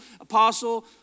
apostle